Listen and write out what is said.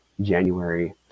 january